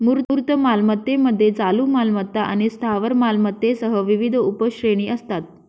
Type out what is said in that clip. मूर्त मालमत्तेमध्ये चालू मालमत्ता आणि स्थावर मालमत्तेसह विविध उपश्रेणी असतात